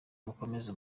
mukomeze